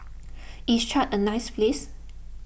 is Chad a nice place